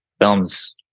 films